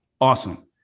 Awesome